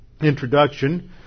introduction